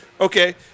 Okay